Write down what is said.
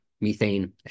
methane